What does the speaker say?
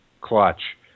clutch